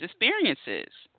experiences